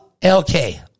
LK